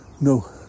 no